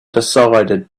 decided